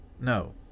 No